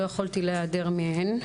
במקביל היו לי ועדות שלא יכולתי להיעדר מהן.